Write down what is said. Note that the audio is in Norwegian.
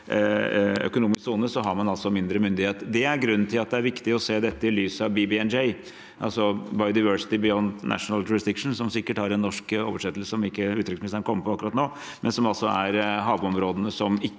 økonomisk sone, har man mindre myndighet. Det er grunnen til at det er viktig å se dette i lys av BDNJ, Biodiversity Beyond National Jurisdiction, som sikkert har en norsk oversettelse som ikke utenriksministeren kommer på akkurat nå, som er havområdene som ikke